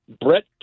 Brett